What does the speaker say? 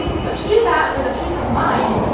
but to do that with a peace of mind,